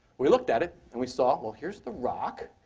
we looked at it and we saw, well, here's the rock.